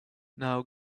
now